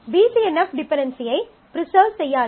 BCNF டிபென்டென்சியை preserve செய்யாது